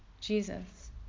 Jesus